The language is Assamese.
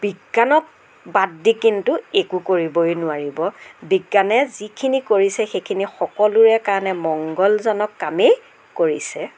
বিজ্ঞানক বাদ দি কিন্তু একো কৰিবই নোৱাৰিব বিজ্ঞানে যিখিনি কৰিছে সেইখিনি সকলোৰে কাৰণে মঙ্গলজনক কামেই কৰিছে